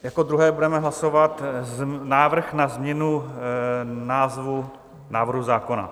Jako druhé budeme hlasovat návrh na změnu názvu návrhu zákona.